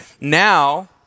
Now